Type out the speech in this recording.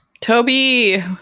toby